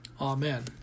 Amen